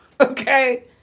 Okay